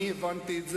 שאנאפוליס לא קיימת,